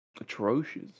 Atrocious